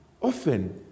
often